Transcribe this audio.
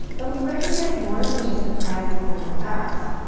but we recognize more than just the cries that sound like ours.